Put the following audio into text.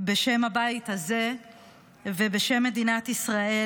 בשם הבית הזה ובשם מדינת ישראל,